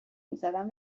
میزدن